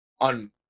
on